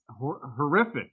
horrific